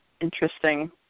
interesting